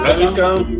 Welcome